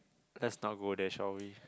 let's not go there shall we